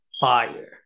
fire